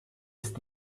ist